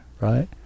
right